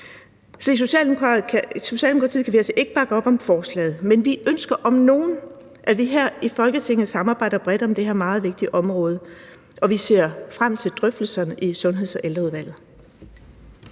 I Socialdemokratiet kan vi altså ikke bakke op om forslaget, men vi ønsker om nogen, at vi her i Folketinget samarbejder bredt om det her meget vigtige område, og vi ser frem til drøftelserne i Sundheds- og Ældreudvalget.